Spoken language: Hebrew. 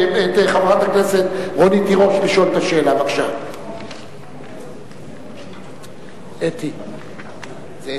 מה אמרה אותה פקידה, לא הייתי נוכח.